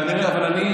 כנראה.